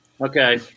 Okay